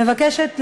מבקשת לתקן,